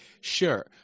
sure